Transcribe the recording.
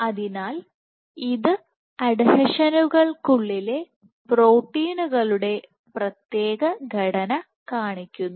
അതിനാൽ ഇത് അഡ്ഹീഷനുകൾ ക്കുള്ളിലെ പ്രോട്ടീനുകളുടെ പ്രത്യേക ഘടന കാണിക്കുന്നു